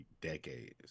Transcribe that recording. decades